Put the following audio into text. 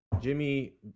Jimmy